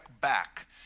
back